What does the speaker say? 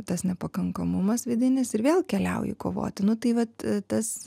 tas nepakankamumas vidinis ir vėl keliauji kovoti nu tai vat tas